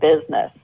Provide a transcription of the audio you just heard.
business